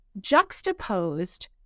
juxtaposed